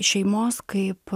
šeimos kaip